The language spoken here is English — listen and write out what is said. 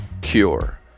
Cure